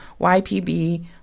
YPB